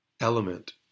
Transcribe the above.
element